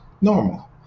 normal